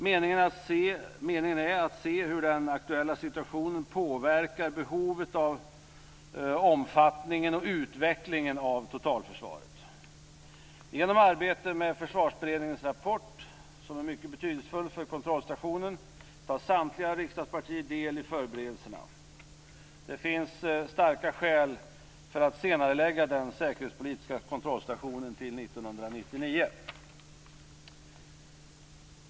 Meningen är att se hur den aktuella situationen påverkar behovet, omfattningen och utvecklingen av totalförsvaret. Genom arbete med Försvarsberedningens rapport, som är mycket betydelsefull för kontrollstationen, tar samtliga riksdagspartier del i förberedelserna. Det finns starka skäl för att senarelägga den säkerhetspolitiska kontrollstationen till 1999.